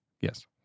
Yes